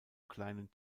kleinen